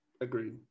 Agreed